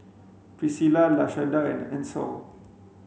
Priscila Lashanda and Ancel